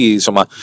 insomma